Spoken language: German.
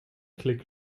klick